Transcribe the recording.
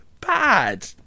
Bad